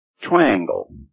triangle